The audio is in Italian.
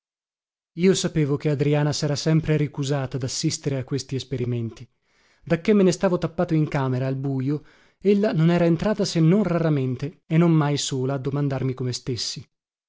io sapevo che adriana sera sempre ricusata dassistere a questi esperimenti dacché me ne stavo tappato in camera al bujo ella non era entrata se non raramente e non mai sola a domandarmi come stessi